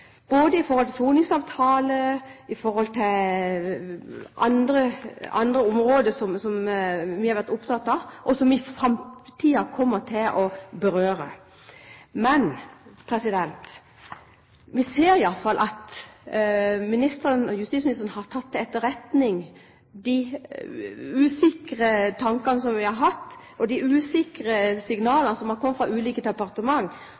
både når det gjelder soningsavtale og andre områder som vi er opptatt av, og som vi i framtiden kommer til å berøre. Men vi ser iallfall at justisministeren har tatt til etterretning de tankene som vi har hatt, og de usikre signalene som har kommet fra ulike departement.